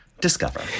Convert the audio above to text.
discover